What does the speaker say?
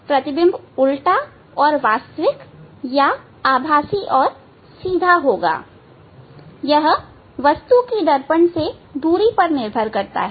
प्रतिबिंब उल्टा और वास्तविक या आभासी और सीधा होगा यह वस्तु की दर्पण से दूरी पर निर्भर करता है